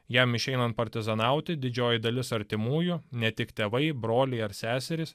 jam išeinant partizanauti didžioji dalis artimųjų ne tik tėvai broliai ar seserys